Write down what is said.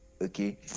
okay